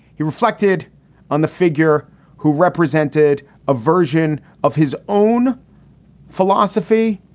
he reflected on the figure who represented a version of his own philosophy,